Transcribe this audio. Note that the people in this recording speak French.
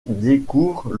découvre